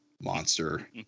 monster